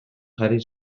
jarri